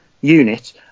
unit